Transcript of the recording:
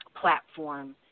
platform